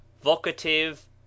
vocative